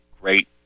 great